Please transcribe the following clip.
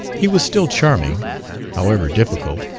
he was still charming however difficult,